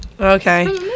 okay